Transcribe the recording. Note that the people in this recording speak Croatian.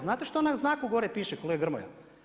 Znate što na znaku gore piše kolega Grmoja?